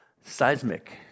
Seismic